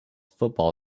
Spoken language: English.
football